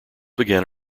began